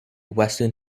western